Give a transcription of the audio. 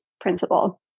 principle